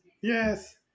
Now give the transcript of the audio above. Yes